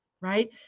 right